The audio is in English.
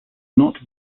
not